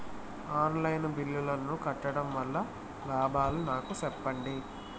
On line బిల్లుల ను కట్టడం వల్ల లాభాలు నాకు సెప్పండి?